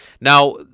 now